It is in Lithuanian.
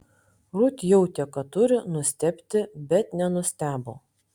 rut jautė kad turi nustebti bet nenustebo